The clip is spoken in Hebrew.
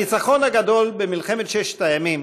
הניצחון הגדול במלחמת ששת הימים